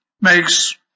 makes